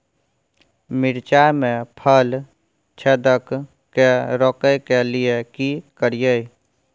मिर्चाय मे फल छेदक के रोकय के लिये की करियै?